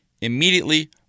immediately